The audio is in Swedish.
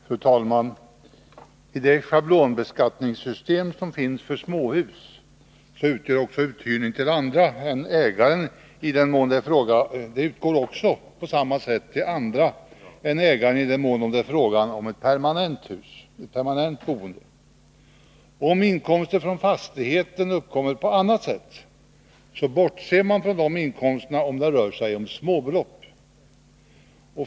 Fru talman! I det schablonbeskattningssystem som finns för småhus ingår på samma sätt också uthyrning till andra än ägare i den mån det är fråga om ett permanent boende. Om inkomster från fastigheten uppkommer på annat sätt, bortser man från dem, om det rör sig om småbelopp.